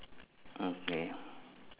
okay